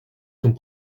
sont